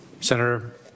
Senator